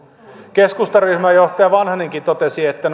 keskustan ryhmäjohtaja vanhanenkin totesi että